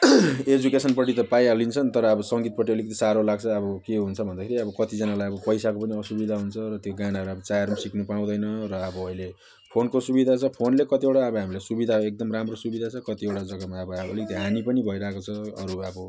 एजुकेसनपट्टि त पाइहालिन्छ नि तर अब सङ्गीतपट्टि अलिकति साह्रो लाग्छ अब के हुन्छ भन्दाखेरिलाई अब कतिजनालाई अब पैसाको पनि असुविधा हुन्छ र त्यो गानाहरू अब चाहेर पनि सिक्नु पाउँदैन र अब अहिले फोनको सुविधा छ फोनले कतिवटा अब हामीलाई सुविधा एकदम राम्रो सुविधा छ कतिवटा जग्गामा अब अब अलिकति हानि पनि भइरहेको छ अरू अब